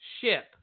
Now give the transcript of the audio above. ship